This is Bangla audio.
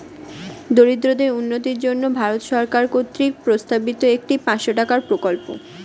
দরিদ্রদের উন্নতির জন্য ভারত সরকার কর্তৃক প্রস্তাবিত একটি পাঁচশো টাকার প্রকল্প